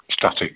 static